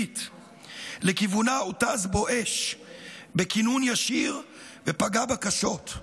לכיוונה הותז בואש בכינון ישיר ופגע בה קשות,